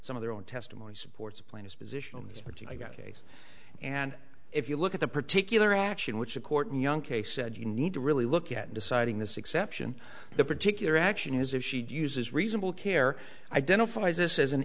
some of their own testimony supports a plan his position on this particular case and if you look at the particular action which the court young kay said you need to really look at deciding this exception the particular action is if she'd uses reasonable care identifies this as an